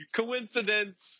coincidence